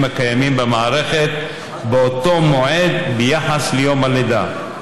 הקיימים במערכת באותו מועד ביחס ליום הלידה.